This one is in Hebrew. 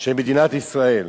של מדינת ישראל.